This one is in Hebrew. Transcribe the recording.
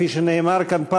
כפי שנאמר כאן,